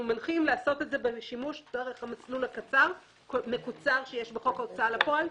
אנחנו מנחים לעשות את זה בשימוש דרך מסלול מקוצר שיש בחוק ההוצאה לפועל,